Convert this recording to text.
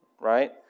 right